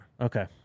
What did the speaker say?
Okay